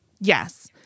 Yes